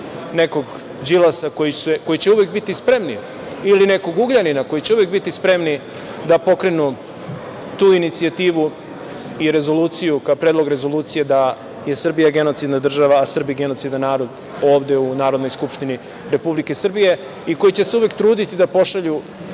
nekog Đilasa, koji će uvek biti spremni ili nekog Ugljanina koji će uvek biti spremni da pokrenu tu inicijativu i rezoluciju, kao predlog rezolucije, da je Srbija genocidna država, a Srbija genocidan narod ovde u Narodnoj skupštini Republike Srbije i koji će se uvek truditi da pošalju